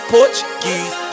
Portuguese